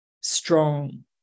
strong